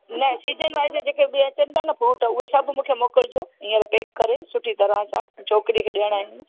न season wise जेके बि अचनि था न फ्रूट उहे सभु मूंखे मोकिलिजो हींअर पेक करे सुठी तरह सां छोकिरीअ खे ॾियणा आहिनि